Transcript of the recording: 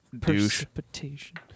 Precipitation